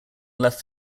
left